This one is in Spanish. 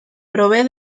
provee